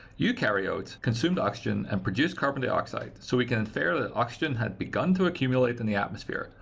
eukaryotes consumed oxygen and produced carbon dioxide so we can infer that oxygen had begun to accumulate in the atmosphere,